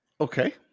Okay